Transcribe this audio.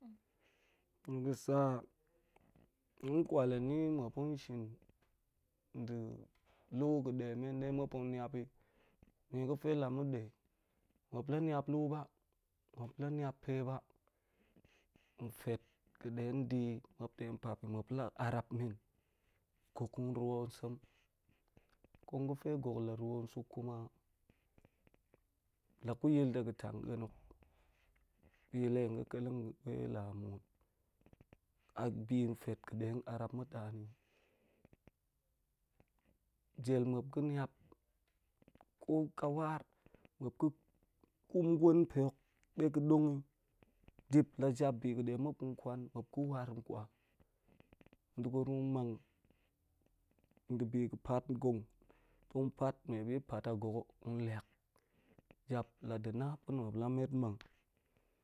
Bi ga̱ sa hen kwal hen ni muap hen shim nɗe lu ga̱ de men de muap tong niap yi, me ga̱fe lu ma̱n ɗe, muap la niap lu ba, muap la niap pe ba nfet ga̱ de di yi muap de pap pi muap la arap men gok nruu sem, kong ga̱fe gok la ruu suk kuma la gu yil de ga̱ tang een, bi le ga̱ keleng a̱a̱ pe la muut, a bi nfet ga̱ de arap mutani, jel muap ga̱ riap ko ka war muap, ga̱ kum gwen pe hok ɗe ga̱ dong yi, dip la jap bi ga̱ de muap tong gwan muap ga̱ war nkwa, nɗe gurum tong mana ndibi ga̱ pet ngong, tong pet may be pet a got hok tong liak, jap la di na̱ pa̱ na̱ muap la met mang